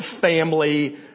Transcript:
family